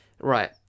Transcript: Right